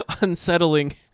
unsettling